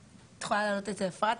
אני לא צריכה את אפרת סליחה,